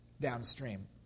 downstream